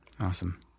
Awesome